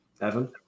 Evan